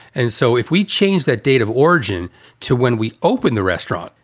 and so if we change that date of origin to when we open the restaurant,